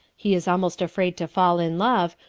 he is almost afraid to fall in love,